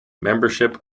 membership